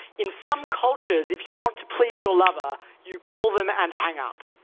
in some cultures, if you want to please your lover, you call them and hang up.